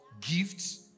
gifts